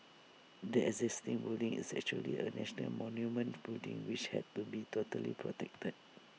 the existing building is actually A national monument building which had to be totally protected